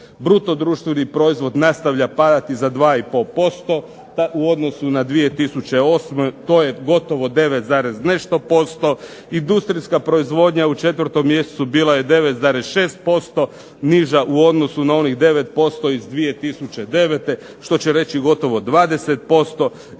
Bruto društveni proizvod nastavlja padati za 2 i pol posto, u odnosu na 2008. to je gotovo 9 zarez nešto posto, industrijska proizvodnja u 4. mjesecu bila je 9,6%, niža u odnosu na onih 9% iz 2009., što će reći gotovo 20%,